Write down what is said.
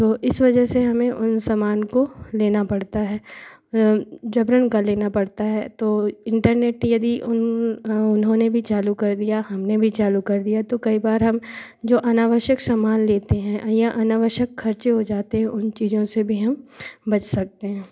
तो इस वजह से हमें उन सामान को लेना पड़ता है जबरन का लेना पड़ता है तो इंटरनेट यदि उन्होंने भी चालू कर दिया हमने भी चालू कर दिया तो कई बार हम जो अनावश्यक सामान लेते हैं या अनावश्यक खर्चे हो जाते हैं उन चीज़ों से भी हम बच सकते हैं